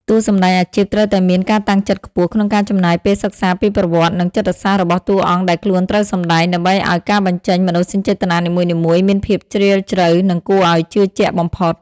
តួសម្ដែងអាជីពត្រូវតែមានការតាំងចិត្តខ្ពស់ក្នុងការចំណាយពេលសិក្សាពីប្រវត្តិ និងចិត្តសាស្ត្ររបស់តួអង្គដែលខ្លួនត្រូវសម្ដែង ដើម្បីឱ្យការបញ្ចេញមនោសញ្ចេតនានីមួយៗមានភាពជ្រាលជ្រៅ និងគួរឱ្យជឿជាក់បំផុត។